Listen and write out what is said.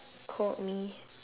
called me